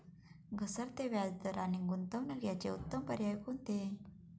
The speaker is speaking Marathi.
घसरते व्याजदर आणि गुंतवणूक याचे उत्तम पर्याय कोणते?